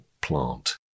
plant